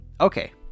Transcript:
Okay